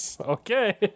Okay